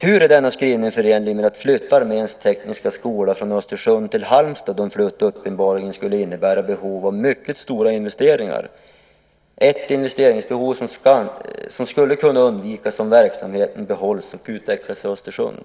Hur är denna skrivning förenlig med att flytta Arméns tekniska skola från Östersund till Halmstad, då en flytt uppenbarligen skulle innebära behov av mycket stora investeringar, ett investeringsbehov som skulle kunna undvikas om verksamheten behålls och utvecklas i Östersund?